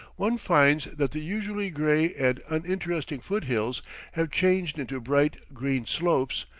one finds that the usually gray and uninteresting foot-hills have changed into bright, green slopes,